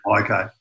okay